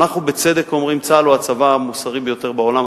אנחנו בצדק אומרים: צה"ל הוא הצבא המוסרי ביותר בעולם.